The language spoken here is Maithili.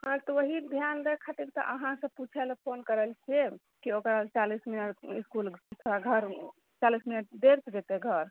हँ तऽ ओहि ध्यान देय खातिर तऽ अहाँ सऽ पूछे लए फोन कऽ रहल छियै कि ओकर चालिस मिनट इसकुल घर चालिस मिनट देर सऽ जेतै घर